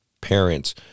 parents